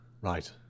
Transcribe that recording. Right